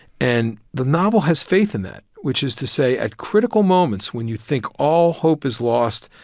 and the novel has faith in that. which is to say, at critical moments, when you think all hope is lost,